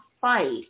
fight